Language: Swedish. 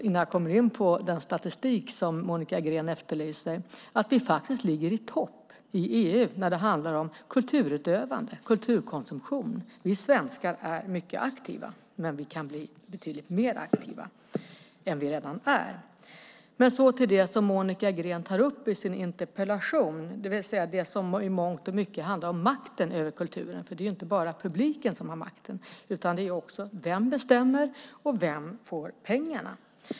Innan jag kommer in på den statistik som Monica Green efterlyser kan vi glädja oss åt att vi faktiskt ligger i topp i EU när det handlar om kulturutövande och kulturkonsumtion. Vi svenskar är mycket aktiva, men vi kan bli betydligt mer aktiva än vi redan är. Så till det som Monica Green tar upp i sin interpellation, det vill säga det som i mångt och mycket handlar om makten över kulturen. Det är ju inte bara publiken som har makten, utan det handlar också om vem som bestämmer och vem som får pengarna.